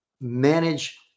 manage